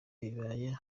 bibaye